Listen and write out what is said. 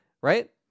Right